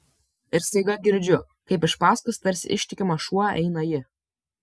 ir staiga girdžiu kaip iš paskos tarsi ištikimas šuo eina ji